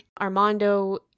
Armando